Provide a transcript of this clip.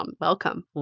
Welcome